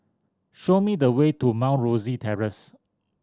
show me the way to Mount Rosie Terrace